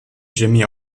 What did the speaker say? jimmy